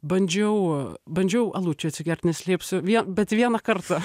bandžiau bandžiau alučio atsigert neslėpsiu vie bet vieną kartą